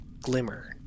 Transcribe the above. glimmer